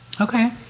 Okay